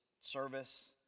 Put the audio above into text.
service